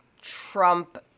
Trump